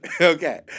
Okay